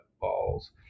balls